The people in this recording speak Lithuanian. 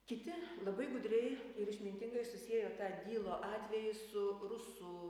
kiti labai gudriai ir išmintingai susiejo tą dylo atvejį su rusų